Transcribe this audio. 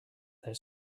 their